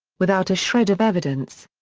without a shred of evidence.